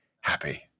happy